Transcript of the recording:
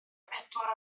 pedwar